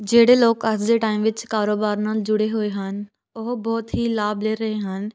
ਜਿਹੜੇ ਲੋਕ ਅੱਜ ਦੇ ਟਾਈਮ ਵਿੱਚ ਕਾਰੋਬਾਰ ਨਾਲ ਜੁੜੇ ਹੋਏ ਹਨ ਉਹ ਬਹੁਤ ਹੀ ਲਾਭ ਲੈ ਰਹੇ ਹਨ